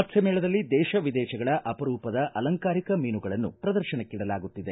ಮತ್ತ್ಯ ಮೇಳದಲ್ಲಿ ದೇಶ ವಿದೇಶಗಳ ಅಪರೂಪದ ಅಲಂಕಾರಿಕ ಮೀನುಗಳನ್ನ ಪ್ರದರ್ಶನಕ್ಕಿಡಲಾಗುತ್ತಿದೆ